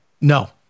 No